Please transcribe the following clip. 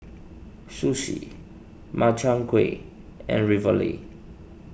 Sushi Makchang Gui and Ravioli